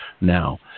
now